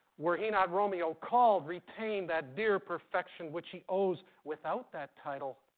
were he not romeo called, retain that dear perfection which he owes without that title.